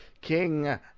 King